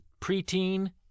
preteen